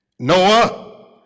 Noah